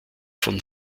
von